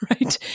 right